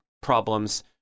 problems